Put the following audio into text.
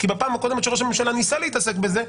כי בפעם הקודמת שראש הממשלה ניסה להתעסק בזה,